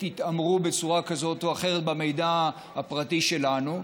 יתעמרו בצורה כזאת או אחרת במידע הפרטי שלנו.